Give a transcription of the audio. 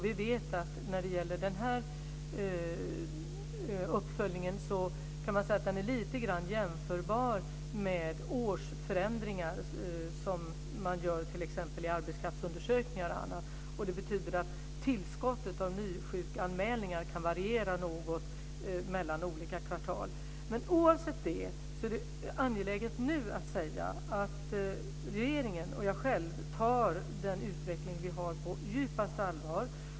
Vi vet att denna uppföljning är lite grann jämförbar med årsförändringar som görs i t.ex. arbetskraftsundersökningar. Det betyder att tillskottet av nya sjukanmälningar kan variera något mellan olika kvartal. Oavsett detta är det angeläget att nu säga att regeringen och jag själv tar denna utveckling på djupaste allvar.